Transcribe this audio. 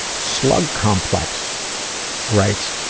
slug complex writes